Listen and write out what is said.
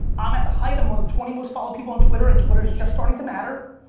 i'm at the height, i'm one of the twenty most followed people on twitter and twitter is just starting to matter.